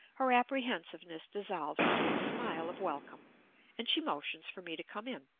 her apprehensiveness dissolves into a smile of welcome and she motions for me to come in.